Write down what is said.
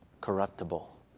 corruptible